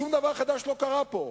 שום דבר חדש לא קרה פה.